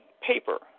paper